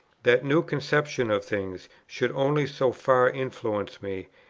that new conception of things should only so far influence me,